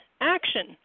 action